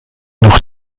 noch